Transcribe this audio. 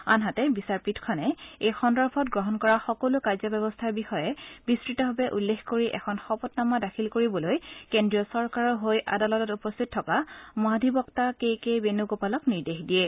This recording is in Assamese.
আনহাতে বিচাৰপীঠখনে এই সন্দৰ্ভত গ্ৰহণ কৰা সকলো কাৰ্যব্যৱস্থাৰ বিষয়ে বিস্ততভাৱে উল্লেখ কৰি এখন শপতনামা দাখিল কৰিবলৈ কেন্দ্ৰীয় চৰকাৰৰ হৈ আদালতত উপস্থিত থকা মহাধিবক্তা কে কে বেণুগোপালক নিৰ্দেশ দিয়ে